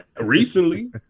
recently